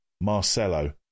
Marcelo